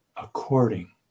According